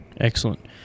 Excellent